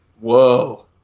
Whoa